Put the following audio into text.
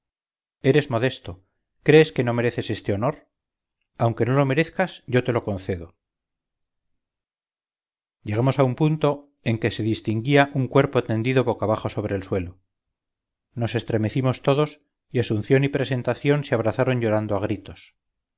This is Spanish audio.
eres modesto crees que no mereces este honor aunque no lo merezcas yo te lo concedo llegamos a un punto en que se distinguía un cuerpo tendido boca abajo sobre el suelo nos estremecimos todos y asunción y presentación se abrazaron llorando a gritos